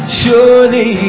surely